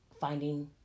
finding